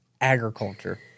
agriculture